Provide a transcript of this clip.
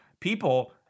people